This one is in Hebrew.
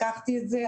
לקחתי את זה,